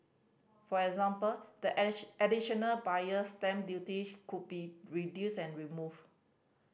for example the addition Additional Buyer's Stamp Duty could be reduced or removed